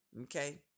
Okay